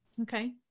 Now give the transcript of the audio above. Okay